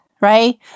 right